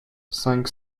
cinq